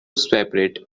separate